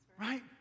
Right